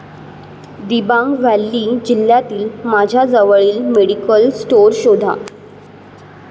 Dibang valley जिल्ह्यातील माझ्या जवळील मेडिकल स्टोअर शोधा